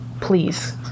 please